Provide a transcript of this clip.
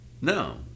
no